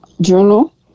Journal